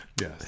Yes